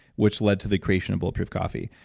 which led to the creation of bulletproof coffee.